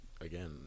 again